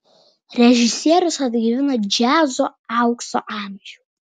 režisierius atgaivina džiazo aukso amžių